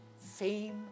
fame